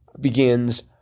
begins